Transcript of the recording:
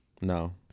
No